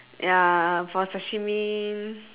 ya for sashimi